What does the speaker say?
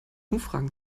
umfragen